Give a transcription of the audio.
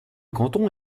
canton